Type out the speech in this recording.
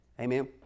amen